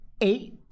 eight